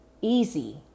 easy